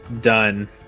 done